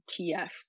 TF